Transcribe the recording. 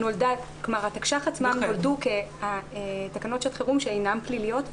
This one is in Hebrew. התקש"ח עצמן נולדו כתקנות שעת חירום שאינן פליליות,